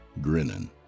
grinning